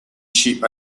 sheep